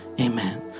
amen